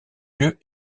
lieu